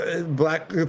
black